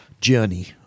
journey